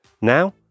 Now